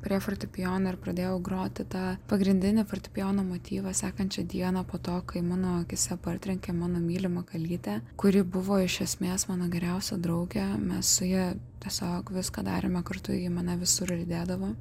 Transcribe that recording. prie fortepijono ir pradėjau groti tą pagrindinį fortepijono motyvą sekančią dieną po to kai mano akyse partrenkė mano mylimą kalytę kuri buvo iš esmės mano geriausia draugė mes su ja tiesiog viską darėme kartu ji mane visur lydėdavo